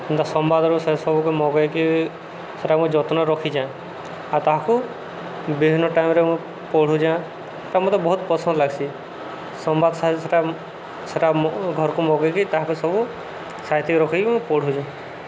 ସେନ୍ତା ସମ୍ବାଦର ସେ ସବୁକୁ ମଗେଇକି ସେଟା ମୁଁ ଯତ୍ନରେ ରଖିଛେଁ ଆଉ ତାହାକୁ ବିଭିନ୍ନ ଟାଇମ୍ରେ ମୁଁ ପଢ଼ୁଛେଁ ସେଟା ମୋତେ ବହୁତ ପସନ୍ଦ ଲାଗ୍ସି ସମ୍ବାଦ ସେଟା ସେଟା ମୁଁ ଘରକୁ ମଗେଇକି ତାହାକୁ ସବୁ ସାଇତିକି ରଖିକି ମୁଁ ପଢ଼ୁଛେଁ